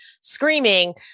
screaming